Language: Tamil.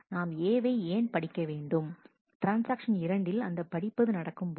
நாம் A வை ஏன் படிக்க வேண்டும் ட்ரான்ஸ்ஆக்ஷன் இரண்டில் அந்த படிப்பது நடக்கும்போது